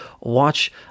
Watch